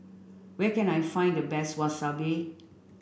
where can I find the best Wasabi